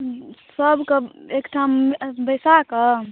सभकऽ एकठाम बैसाकऽ